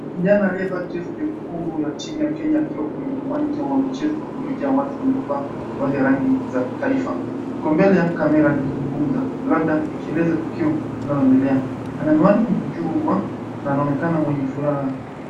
Kijana aliyevaa jezi nyekundu ya nchini ya Kenya akiwa kwenye uwanja wa michezo uliojaa watu waliovaa mavazi ya rangi za kitaifa. Kwa mbele ya kamera akizungumza labda akieleza tukio linaloendelea. Anani wani juwa na anaonekana mwenye furaha.